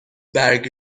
برگ